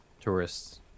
tourists